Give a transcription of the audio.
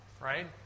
right